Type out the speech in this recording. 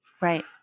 Right